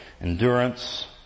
endurance